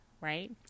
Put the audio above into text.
right